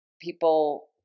people